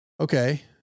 Okay